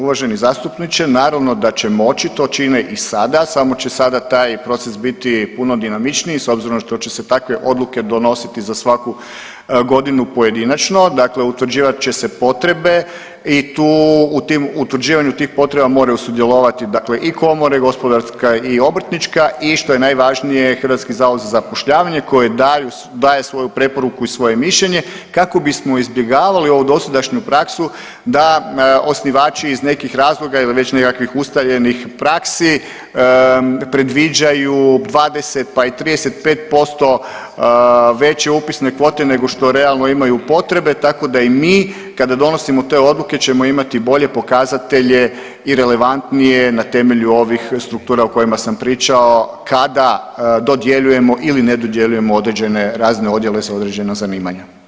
Uvaženi zastupniče naravno da će moći, to čine i sada samo će sada taj proces biti puno dinamičniji s obzirom što će se takve odluke donositi za svaku godinu pojedinačno, dakle utvrđivat će se potrebe i tu u utvrđivanju tih potreba moraju sudjelovati, dakle i komore Gospodarska i Obrtnička i što je najvažnije Hrvatski zavod za zapošljavanje koji daje svoju preporuku i svoje mišljenje kako bismo izbjegavali ovu dosadašnju praksu da osnivači iz nekih razloga ili već nekakvih ustaljenih praksi predviđaju 20 pa i 35% veće upisne kvote nego što realno imaju potrebe, tako da i mi kada donosimo te odluke ćemo imati bolje pokazatelje i relevantnije na temelju ovih struktura o kojima sam pričao kao dodjeljujemo ili ne dodjeljujemo određene razne odjele za određena zanimanja.